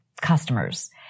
customers